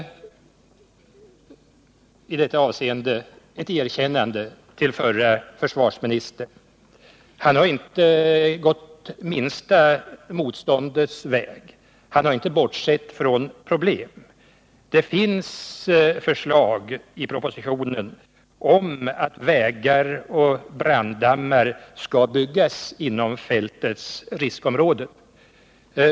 Jag måste här ge ett erkännande till förre försvarsministern. Han har inte gått minsta motståndets väg. Han har inte bortsett från problemen. Det finns förslag i propositionen om att vägar och branddammar skall byggas inom fältets riskområde.